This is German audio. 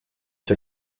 der